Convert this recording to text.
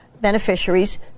beneficiaries